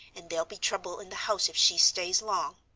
and there'll be trouble in the house if she stays long.